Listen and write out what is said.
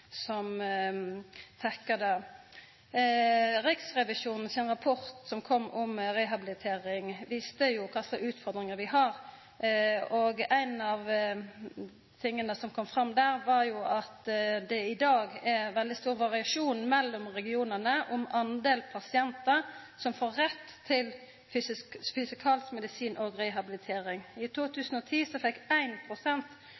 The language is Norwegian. Riksrevisjonen sin rapport som kom om rehabilitering, viste kva slags utfordringar vi har, og ein av dei tinga som kom fram der, var at det i dag er veldig stor variasjon mellom regionane når det gjeld talet på pasientar som får rett til fysikalsk medisin og rehabilitering. I